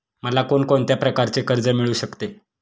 मला कोण कोणत्या प्रकारचे कर्ज मिळू शकते?